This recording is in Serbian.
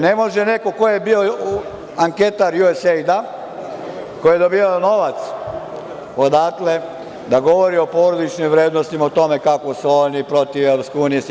Ne može neko ko je bio anketar USAID, koja je dobijala novac odatle da govori o porodičnim vrednostima, o tome kako su oni protiv EU, SAD.